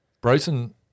Bryson